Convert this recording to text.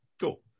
Cool